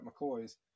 McCoy's